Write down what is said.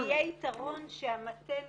אני חושבת שיהיה יתרון שהמטה נמצא,